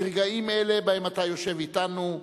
ברגעים אלה שבהם אתה יושב אתנו,